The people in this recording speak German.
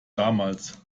damals